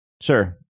sure